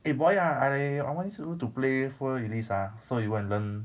eh boy ah I I want you to know to play four ellis ah so you go and learn